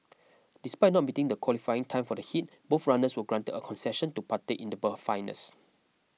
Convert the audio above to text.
despite not meeting the qualifying time for the heat both runners were granted a concession to partake in the finals